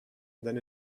than